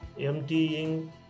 emptying